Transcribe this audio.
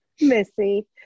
missy